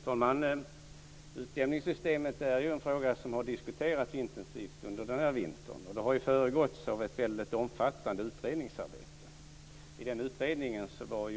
Fru talman! Utjämningssystemet är en fråga som har diskuterats intensivt under den här vintern. Det har föregåtts av ett väldigt omfattande utredningsarbete. I den utredningen var